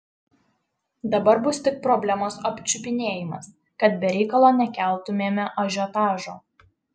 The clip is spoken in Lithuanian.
dabar bus tik problemos apčiupinėjimas kad be reikalo nekeltumėme ažiotažo